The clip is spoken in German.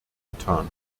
getan